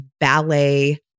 ballet